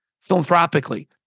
philanthropically